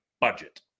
budget